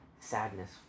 sadness